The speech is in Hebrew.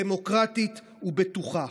דמוקרטית ובטוחה.